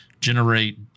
generate